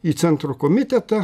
į centro komitetą